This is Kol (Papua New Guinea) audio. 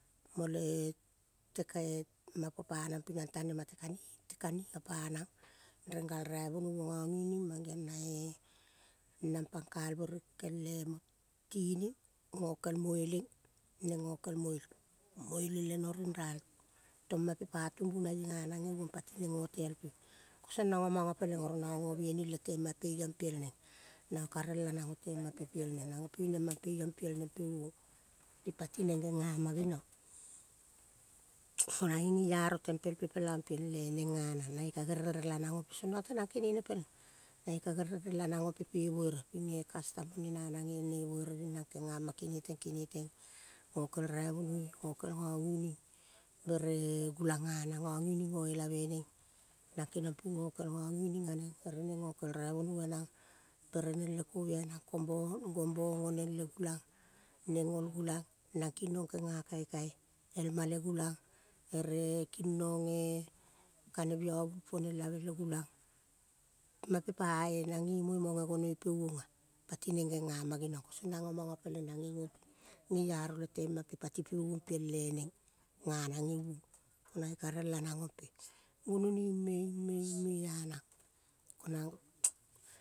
Mo le te mapo panang tinang tanema. Te kaniga, te kaniga panang rengal raivonoi mo ngangining mangeong nae nang pankal berege kele mo tining ngokel mueleng. Neng ngokel mueleng. Mueleng leno ring ral. Tong mape pa tumbunaie nganang ngevong patineng ngevon patineng ngo teal pea. Kosong manga, manga peleng oro nanga ngo bieni le tema pe iong piel neng. Nanga ka relanang otemape piel neng. Nange pene mape iong piel neng peuong pati neng genga ma geniong. ko nange ngeiaro tempel pe pela ong piele neng nganang. Nange ka gerel relanang ompe. Song nanga tenang kene peleng nae gerel relanang ompe pe vere pinge kastam ne nanang vere nang kengama kengetong kengeteng. Ngokel raivonoi ngokel raivonoi ngokel ngangining bere gulang nganang ngangining ngoelave neng. Nang keniong ping ngokel ngangining aneng ere neng ngokel raivonoi anag. Kere neng le koviai nang. gombo ong oneng le gulang. Neng ngol gulung nang kinong kenea kaikai elma le gulang ere kinong kane biavu ponelave le gulang. Mape pae nang nging muoi mo nogoni peuonga pati neng gengama genionga. Kosong nanga manga peleng nange ngo ngeiaro le temape pati peuong piele neng nganang ngeuong. Nae ka relanang ompe. Gunoni ime, ime, ime anang ko nang.